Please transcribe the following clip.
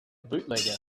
bootlegger